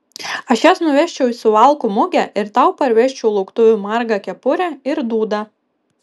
aš jas nuvežčiau į suvalkų mugę ir tau parvežčiau lauktuvių margą kepurę ir dūdą